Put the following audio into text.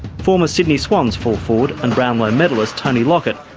former sydney swans full forward and brownlow medallist tony lockett,